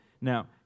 Now